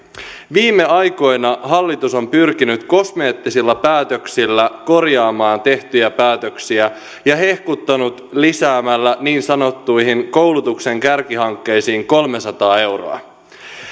viime aikoina hallitus on pyrkinyt kosmeettisilla päätöksillä korjaamaan tehtyjä päätöksiä ja hehkuttanut lisäämällä niin sanottuihin koulutuksen kärkihankkeisiin kolmesataa miljoonaa euroa